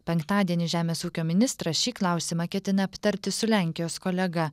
penktadienį žemės ūkio ministras šį klausimą ketina aptarti su lenkijos kolega